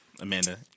Amanda